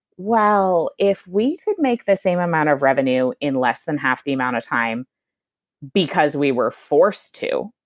well, if we could make the same amount of revenue in less than half the amount of time because we were forced to,